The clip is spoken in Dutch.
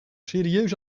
serieus